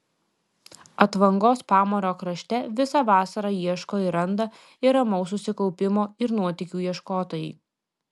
atvangos pamario krašte visą vasarą ieško ir randa ir ramaus susikaupimo ir nuotykių ieškotojai